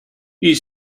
you